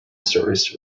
stories